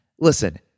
listen